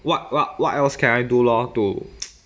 what what what else can I do lor to